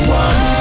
one